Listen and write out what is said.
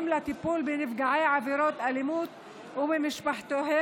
לטיפול בנפגעי עבירות אלימות ובמשפחותיהם,